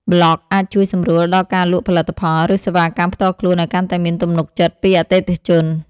ប្លក់អាចជួយសម្រួលដល់ការលក់ផលិតផល ឬសេវាកម្មផ្ទាល់ខ្លួនឱ្យកាន់តែមានទំនុកចិត្តពីអតិថិជន។